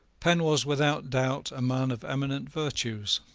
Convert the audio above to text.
penn was without doubt a man of eminent virtues.